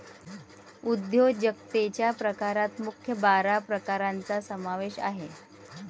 उद्योजकतेच्या प्रकारात मुख्य बारा प्रकारांचा समावेश आहे